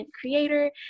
creator